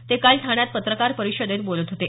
ते काल ठाण्यात पत्रकार परिषदेत बोलत होते